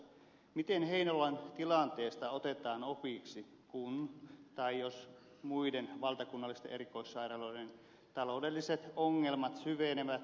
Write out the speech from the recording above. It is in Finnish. miten heinolan tilanteesta otetaan opiksi kun tai jos muiden valtakunnallisten erikoissairaaloiden taloudelliset ongelmat syvenevät